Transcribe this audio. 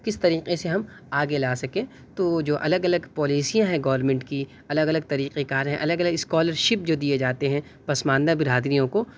کس طریقے سے ہم آگے لا سکیں تو جو الگ الگ پالیسیاں ہیں گورمنٹ کی الگ الگ طریقۂ کار ہیں الگ الگ اسکالرشپ جو دیے جاتے ہیں پسماندہ برادریوں کو